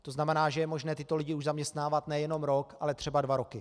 To znamená, že je možné tyto lidi zaměstnávat nejenom rok, ale třeba dva roky.